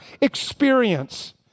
experience